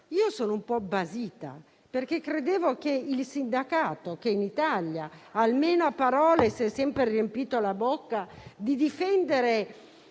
Io sono un po' basita, perché credevo che il sindacato, che in Italia, almeno a parole, si è sempre riempito la bocca con la difesa dei